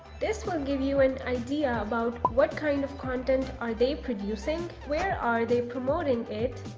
this will give you an idea about what kind of content are they producing. where are they promoting it?